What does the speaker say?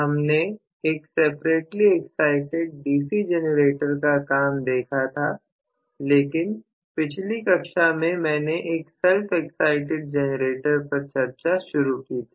हमने एक separately excited DC generator का काम देखा था लेकिन पिछली कक्षा में मैंने एक सेपरेटली एक्साइटिड जनरेटर पर शुरू किया था